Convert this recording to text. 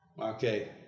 Okay